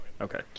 Okay